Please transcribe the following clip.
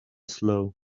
slow